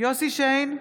יוסף שיין,